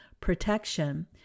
protection